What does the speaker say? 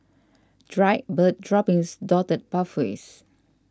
dried bird droppings dotted pathways